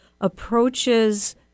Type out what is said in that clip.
approaches